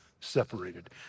separated